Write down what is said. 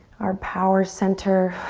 our power center